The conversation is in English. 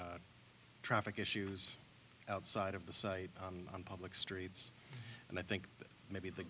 traffic issues outside of the site on public streets and i think maybe the